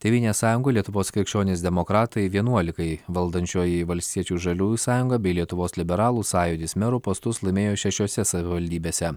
tėvynės sąjunga lietuvos krikščionys demokratai vienuolikai valdančioji valstiečių ir žaliųjų sąjunga bei lietuvos liberalų sąjūdis merų postus laimėjo šešiose savivaldybėse